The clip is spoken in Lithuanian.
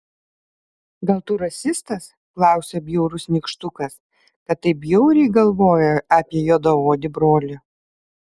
gal tu rasistas klausia bjaurus nykštukas kad taip bjauriai galvoji apie juodaodį brolį